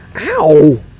Ow